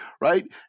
right